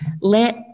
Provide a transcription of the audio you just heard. Let